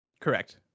correct